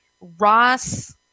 Ross